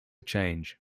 change